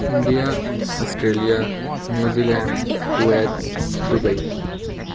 India Australia New Zealand Kuwait Dubai